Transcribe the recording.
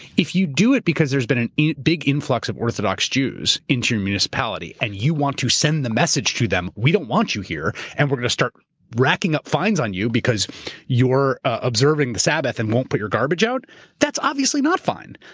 if you do it because there's been an big influx of orthodox jews into your municipality, and you want to send the message to them, we don't want you here, and we're going to start racking up fines on you because you're observing the sabbath and won't put your garbage out that's obviously not fine.